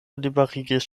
liberigis